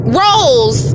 rolls